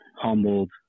humbled